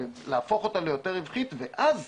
להפוך אותה ליותר רווחית, ואז